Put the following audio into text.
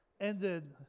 ended